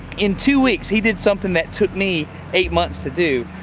in two weeks he did something that took me eight months to do,